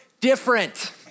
different